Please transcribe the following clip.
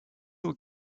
aux